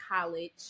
college